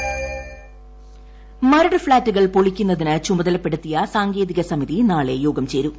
Maradu flat Maradu ഫ്ളാറ്റുകൾ പൊളിക്കുന്നതിന് ചുമതലപ്പെടുത്തിയ സാങ്കേതിക സമിതി നാളെ യോഗം ചേരും